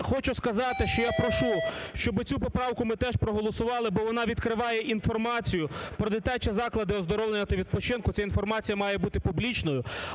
хочу сказати, що я прошу, щоб цю поправку ми теж проголосували, бо вона відкриває інформацію про дитячі заклади оздоровлення та відпочинку, ця інформація має бути публічною.